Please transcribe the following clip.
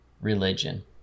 religion